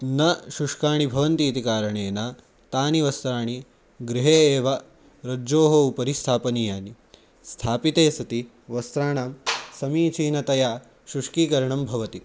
न शुष्काणि भवन्ति इति कारणेन तानि वस्त्राणि गृहे एव रज्जोः उपरि स्थापनीयानि स्थापिते सति वस्त्राणां समीचीनतया शुष्कीकरणं भवति